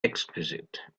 exquisite